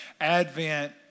Advent